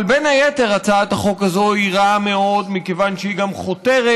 אבל בין היתר הצעת החוק הזאת היא רעה מאוד מכיוון שהיא חותרת